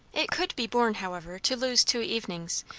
it could be borne, however, to lose two evenings,